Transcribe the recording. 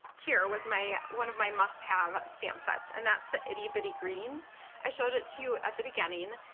here was my, one of my must-haves um stamp sets and that's the itty bitty greetings i showed it to you at the beginning.